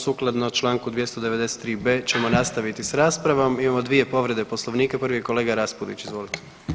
Sukladno čl. 293.b. ćemo nastaviti s raspravom, imamo dvije povrede Poslovnika, prvi je kolega Raspudić, izvolite.